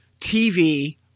TV